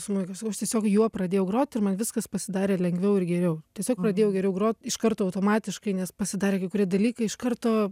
smuiką aš sakau aš tiesiog juo pradėjau grot ir man viskas pasidarė lengviau ir geriau tiesiog pradėjau geriau grot iš karto automatiškai nes pasidarė kai kurie dalykai iš karto